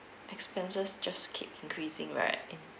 expenses just keep increasing right